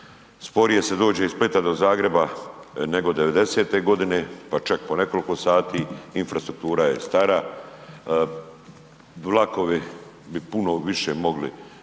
Sporije se dođe od Splita do Zagreba nego devedesete godine pa čak po nekoliko sati, infrastruktura je stara, vlakovi bi puno više mogli